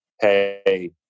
hey